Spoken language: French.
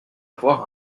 avoir